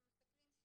אנחנו מסתכלים,